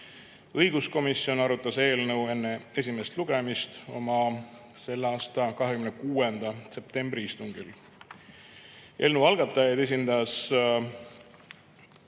Õiguskomisjon arutas eelnõu enne esimest lugemist oma selle aasta 26. septembri istungil. Eelnõu algatajaid esindas